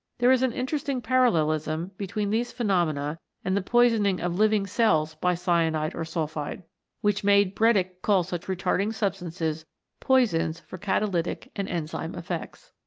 there is an interesting parallelism between these phenomena and the poisoning of living cells by cyanide or sulphide which made bredig call such retarding substances poisons for catalytic and enzyme effects.